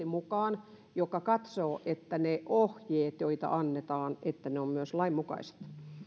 mukaan juristi joka katsoo että ne ohjeet joita annetaan ovat myös lainmukaiset